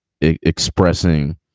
expressing